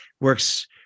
works